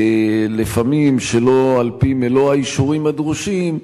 לפעמים שלא על-פי מלוא האישורים הדרושים,